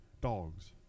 dogs